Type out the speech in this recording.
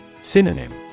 Synonym